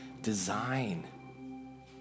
design